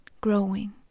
growing